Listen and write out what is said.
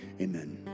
amen